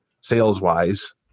sales-wise